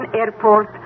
Airport